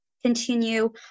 continue